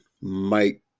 Mike